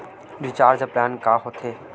Recharge plan का होथे?